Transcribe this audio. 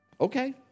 Okay